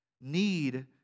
Need